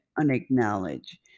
unacknowledged